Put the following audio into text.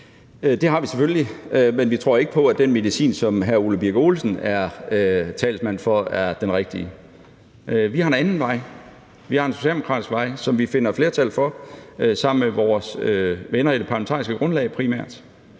Det har vi selvfølgelig. Men vi tror ikke på, at den medicin, som hr. Ole Birk Olesen er talsmand for at bruge, er den rigtige. Vi har en anden vej. Vi har en socialdemokratisk vej, som vi finder flertal for sammen med vores venner i det parlamentariske grundlag primært,